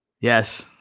Yes